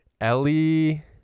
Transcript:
Ellie